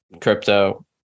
crypto